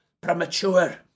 premature